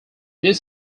this